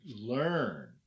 learn